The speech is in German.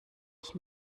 ich